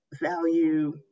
value